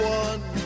one